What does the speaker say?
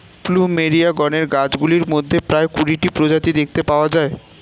plumeria গণের গাছগুলির মধ্যে প্রায় কুড়িটি প্রজাতি দেখতে পাওয়া যায়